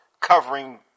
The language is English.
covering